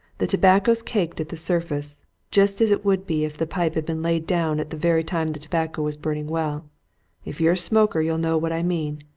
the tobacco's caked at the surface just as it would be if the pipe had been laid down at the very time the tobacco was burning well if you're a smoker you'll know what i mean.